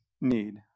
need